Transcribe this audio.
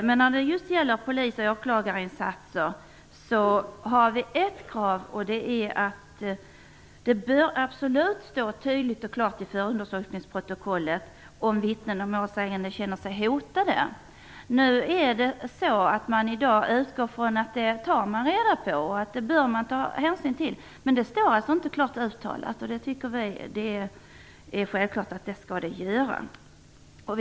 Men när det gäller polis och åklagarinsatser har vi ett krav: Det bör absolut stå tydligt och klart i förundersökningsprotokollet om vittnen och målsägare känner sig hotade. I dag utgår man ifrån att en sådan hänsyn bör tas, men det står alltså inte klart uttalat. Men det är självklart att det skall göra det.